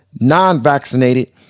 non-vaccinated